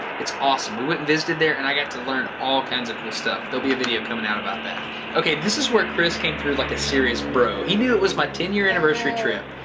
it's awesome. we went and visited there and i got to learn all kinds of cool stuff. there'll be a video coming out about that. ok this is where chris came through as like a serious bro. he knew it was my ten year anniversary trip,